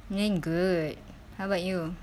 doing good how about you